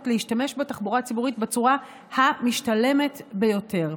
להשתמש בתחבורה הציבורית בצורה המשתלמת ביותר.